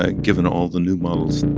ah given all the new models